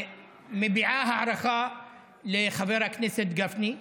מביעה הערכה לחבר הכנסת גפני,